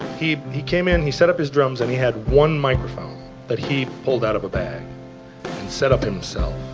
he he came in, he set up his drums, and he had one microphone that he pulled out of a bag and set up himself.